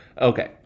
Okay